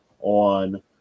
on